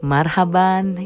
Marhaban